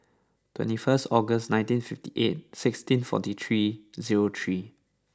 twenty first August nineteen fifty eight sixteen forty three zero three